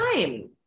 time